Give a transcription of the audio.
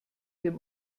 dem